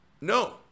No